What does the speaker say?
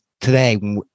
today